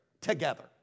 together